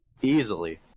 easily